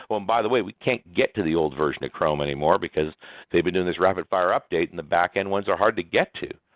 but and by the way, we can't get to the old version of chrome anymore because they've been doing this rapid fire update and the back-end ones are hard to get to.